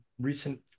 recent